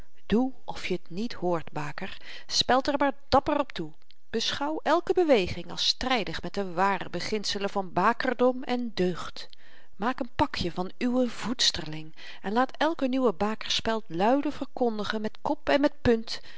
doe of je t niet hoort baker speld er maar dapper op toe beschouw elke beweging als strydig met de ware beginselen van bakerdom en deugd maak een pakje van uwen voedsterling en laat elke nieuwe bakerspeld luide verkondigen met kop en met punt